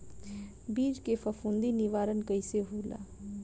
बीज के फफूंदी निवारण कईसे होला?